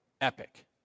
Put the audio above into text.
epic